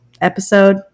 episode